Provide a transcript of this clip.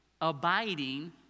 abiding